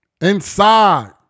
inside